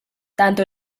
tanto